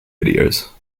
videos